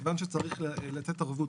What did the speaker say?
כיוון שצריך לתת ערבות,